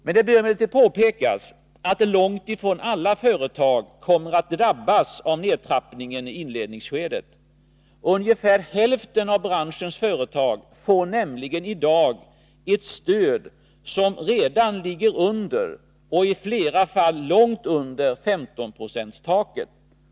Det bör emellertid påpekas att långt ifrån alla företag kommer att drabbas av nedtrappningen i inledningsskedet. Ungefär hälften av branschens företag får nämligen i dag ett stöd som redan ligger under — och i flera fall långt under —-15-procentstaket.